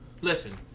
Listen